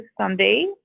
Sunday